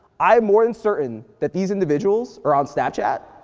i am more than certain that these individuals are on snapchat,